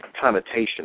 connotation